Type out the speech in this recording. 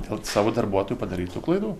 dėl savo darbuotojų padarytų klaidų